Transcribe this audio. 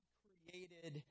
created